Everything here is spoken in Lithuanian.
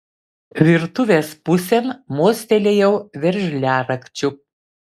virtuvės pusėn mostelėjau veržliarakčiu